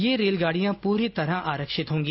ये रेलगाड़ियां पूरी तरह आरक्षित होंगी